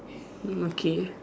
mm okay